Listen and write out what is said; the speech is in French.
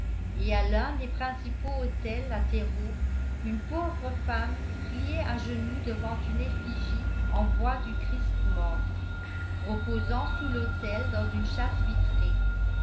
et à l'un des principaux autels latéraux une pauvre femme priait à genoux devant une effigie en bois du christ mort reposant sous l'autel dans une châsse vitrée